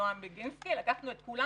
נועם בגיינסקי לקחנו את כולם